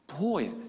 Boy